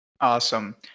Awesome